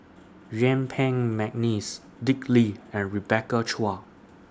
Yuen Peng Mcneice Dick Lee and Rebecca Chua